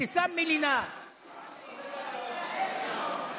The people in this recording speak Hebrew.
עניין של אולי כמה שעות, נכון?